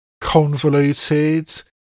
convoluted